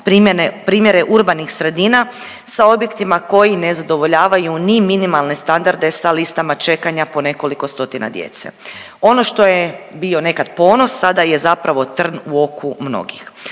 primjere urbanih sredina sa objektima koji ne zadovoljavaju ni minimalne standarde sa listama čekanja po nekoliko stotina djece. Ono što je bio nekad ponos, sada je zapravo trn u oku mnogih.